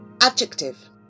Adjective